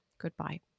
goodbye